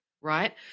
right